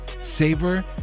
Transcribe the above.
savor